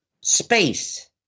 space